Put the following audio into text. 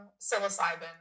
psilocybin